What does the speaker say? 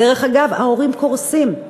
דרך אגב, ההורים קורסים.